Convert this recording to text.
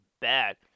bad